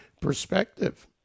perspective